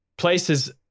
places